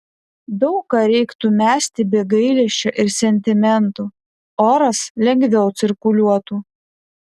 daug ką reiktų mesti be gailesčio ir sentimentų oras lengviau cirkuliuotų